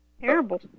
Terrible